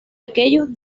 aquellos